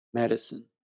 medicine